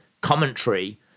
commentary